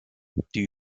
die